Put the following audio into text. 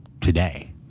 today